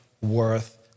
worth